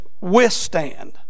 withstand